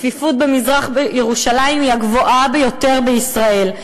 הצפיפות במזרח-ירושלים היא הגבוהה ביותר בישראל,